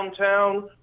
downtown